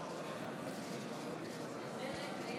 חברי